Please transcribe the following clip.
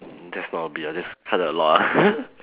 that's not a bit ah that's quite a lot ah